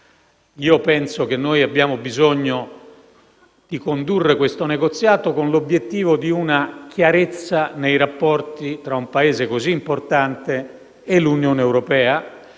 Penso che abbiamo bisogno di condurre questo negoziato con l'obiettivo di una chiarezza nei rapporti tra un Paese così importante e l'Unione europea,